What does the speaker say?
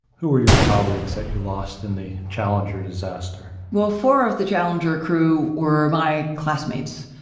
who are your colleagues that you lost in the challenger disaster? well, four of the challenger crew were my classmates,